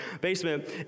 basement